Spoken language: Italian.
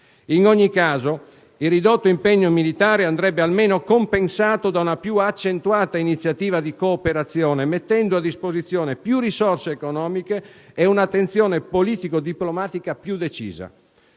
In ogni caso, la riduzione dell'impegno militare andrebbe almeno compensata da una più accentuata iniziativa di cooperazione, mettendo a disposizione più risorse economiche e un'attenzione politico-diplomatica più decisa.